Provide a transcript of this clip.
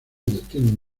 destinos